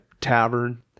tavern